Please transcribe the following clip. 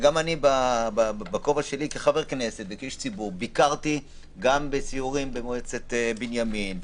גם אני בכובע שלי כחבר כנסת וכאיש ציבור ביקרתי וסיירתי במועצת בנימין,